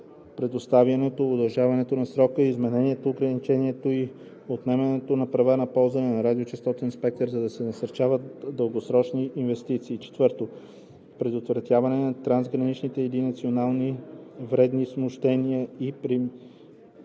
предоставянето, удължаването на срока, изменението, ограничаването и отнемането на права за ползване на радиочестотен спектър, за да се насърчават дългосрочните инвестиции; 4. предотвратяване на трансграничните или националните вредни смущения и предприемане